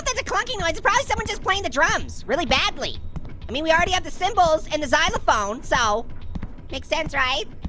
there's a clunking it's probably someone just playing the drums really badly. i mean we already have the cymbals and the xylophone, so makes sense, right?